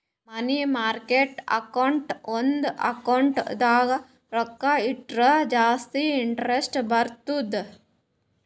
ಮನಿ market account ಒಂದ್ account ಅದ ರೊಕ್ಕಾ ಇಟ್ಟುರ ಜಾಸ್ತಿ ಇಂಟರೆಸ್ಟ್ ಬರ್ತುದ್